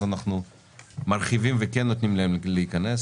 אז אנחנו מרחיבים וכן נותנים להם להיכנס,